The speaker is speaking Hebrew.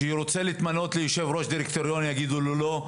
שרוצה להתמנות ליו"ר דירקטוריון יגידו לו לא.